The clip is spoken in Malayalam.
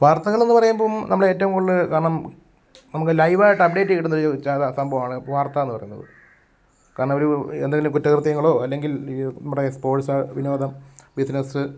വാര്ത്തകളെന്ന് പറയുമ്പം നമ്മളേറ്റവും കൂടുതൽ കാരണം നമുക്ക് ലൈവായിട്ട് അപ്ഡേറ്റ് കിട്ടുന്നൊരു സാധാരണ സംഭവമാണ് വാര്ത്തയെന്ന് പറയുന്നത് കാരണമൊരു എന്തെങ്കിലും കുറ്റകൃത്യങ്ങളോ അല്ലെങ്കില് ഈ നമ്മുടെ സ്പോര്ട്സ് വിനോദം ബിസിനസ്സ്